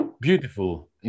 beautiful